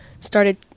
started